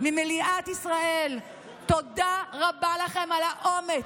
ממליאת כנסת ישראל: תודה רבה לכם על האומץ,